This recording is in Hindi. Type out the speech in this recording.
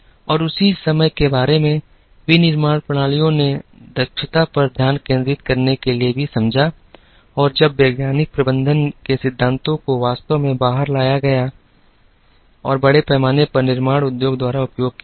और उसी समय के बारे में विनिर्माण प्रणालियों ने दक्षता पर ध्यान केंद्रित करने के लिए भी समझा और जब वैज्ञानिक प्रबंधन के सिद्धांतों को वास्तव में बाहर लाया गया और बड़े पैमाने पर निर्माण उद्योग द्वारा उपयोग किया गया